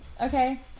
Okay